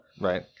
Right